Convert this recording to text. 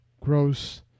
gross